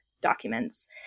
documents